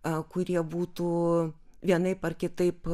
a kurie būtų vienaip ar kitaip